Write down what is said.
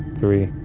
three,